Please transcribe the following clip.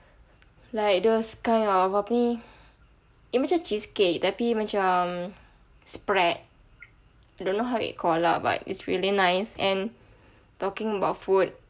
like those kind of kind of apa ni dia macam cheesecake tapi dia macam spread I don't know how it call lah but it's really nice and talking about food